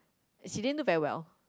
she didn't do very well